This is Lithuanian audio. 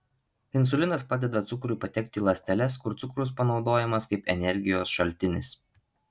insulinas padeda cukrui patekti į ląsteles kur cukrus panaudojamas kaip energijos šaltinis